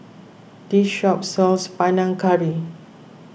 this shop sells Panang Curry